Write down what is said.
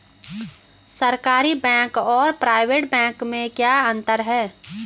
सरकारी बैंक और private bank में क्या क्या अंतर हैं?